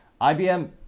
IBM